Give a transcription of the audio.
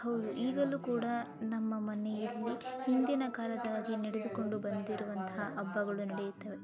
ಹೌದು ಈಗಲೂ ಕೂಡ ನಮ್ಮ ಮನೆಯಲ್ಲಿ ಹಿಂದಿನ ಕಾಲದ ಹಾಗೆ ನಡೆದುಕೊಂಡು ಬಂದಿರುವಂತಹ ಹಬ್ಬಗಳು ನಡೆಯುತ್ತವೆ